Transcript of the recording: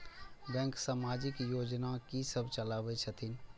Bank समाजिक योजना की सब चलावै छथिन?